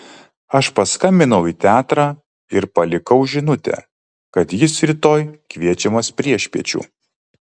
aš paskambinau į teatrą ir palikau žinutę kad jis rytoj kviečiamas priešpiečių